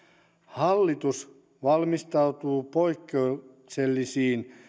hallitus valmistautuu poikkeuksellisiin